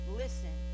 listen